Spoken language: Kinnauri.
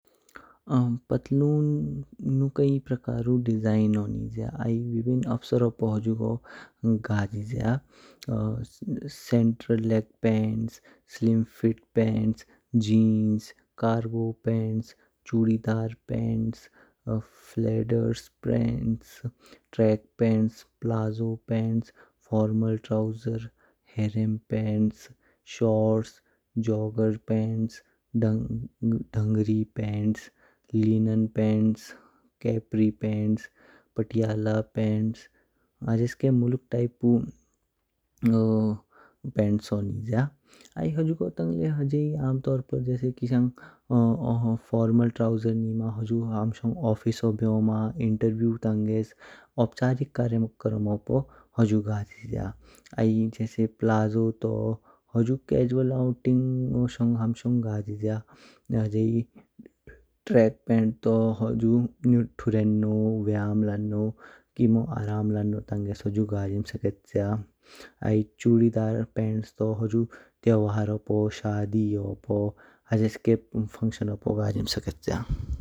पटलूनु कई प्रकारु डिजाइनो निज्या आइ विभिन्न अवसरों पू हुजगो गाजिज्य। Central leg pants, slim fit pants, jeans, cargo pants, churidar pants, flares pants, track pants, palazzo pants, formal trouser, harem pants, shorts, jogger pants, dungaree pants, लेइन pants, capri pants, Patiala pants ह्जेके मुलक टाइप ऊ पैंट्सो निन्या। आइ हुनुगो तंग ल्यै ह्जेही आम तोर पर किशंग फॉर्मल ट्राउजर नीमा हुजु हाम्शोंग ऑफिस ओ बेओमा, इंटरव्यू तंगेस, औपचारिक कार्यक्रमों पू हुजु गाजिज्य। आइ जेसे प्लाज़ू तू हुजु गाजिज्य। ह्जेही ट्रैक पैंट तू हुजु थुरेण्णो, व्यायाम, किमो आराम लण्नो तंगेस हुजु गाजिम सकेच्य। आइ चुड़ीदार पैंट्स तू हुजु त्योहारो पू शादी पू ह्जेके फंक्शनो पू गाजिम सकेच्य।